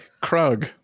Krug